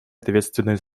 ответственной